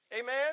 Amen